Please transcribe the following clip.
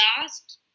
last